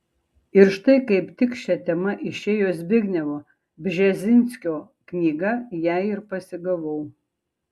ir štai kaip tik šia tema išėjo zbignevo bžezinskio knyga ją ir pasigavau